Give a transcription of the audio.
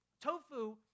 tofu